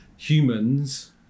humans